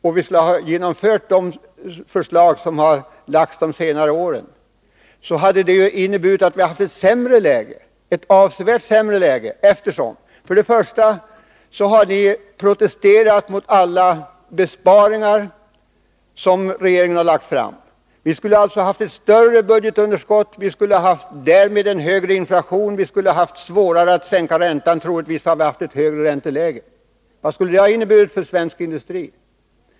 Om vi skulle ha genomfört de förslag som socialdemokraterna har lagt fram under senare år, hade det inneburit att vi haft ett avsevärt sämre läge. Det beror för det första på att ni har protesterat mot alla besparingsförslag som regeringen har lagt fram. Med en socialdemokratisk politik skulle vi alltså haft ett större budgetunderskott, därmed högre inflation, svårare att sänka räntan och då troligtvis ett högre ränteläge. Vad skulle det ha inneburit för svensk industri?